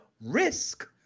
risk